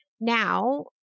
Now